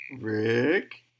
Rick